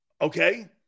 Okay